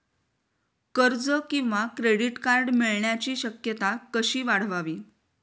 कर्ज किंवा credit card मिळण्याची शक्यता कशी वाढवावी?